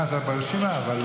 אתה ברשימה.